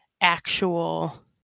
actual